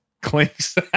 Clinks